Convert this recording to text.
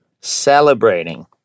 celebrating